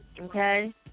Okay